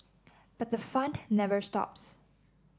but the fun never stops